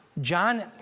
John